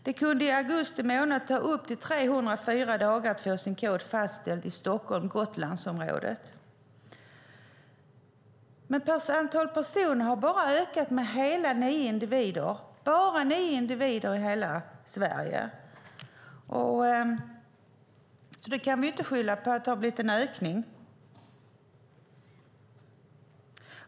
Det kunde i augusti månad ta upp till 304 dagar att få sin kod fastställd i Stockholm-Gotlandsområdet. Men antalet personer har bara ökat med nio i hela Sverige. Vi kan alltså inte skylla på att det blivit en ökning.